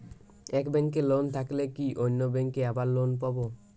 এক ব্যাঙ্কে লোন থাকলে কি অন্য ব্যাঙ্কে আবার লোন পাব?